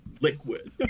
liquid